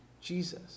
Jesus